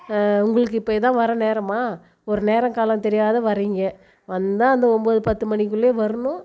உங்களுக்கு இப்போ இதான் வர நேரமாக ஒரு நேரம் காலம் தெரியாத வரீங்க வந்தால் அந்த ஒன்பது பத்து மணிக்குள்ளயே வர்ணும்